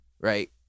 Right